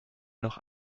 noch